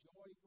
Joy